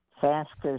fastest